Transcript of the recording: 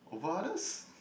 over others